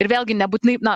ir vėlgi nebūtinai na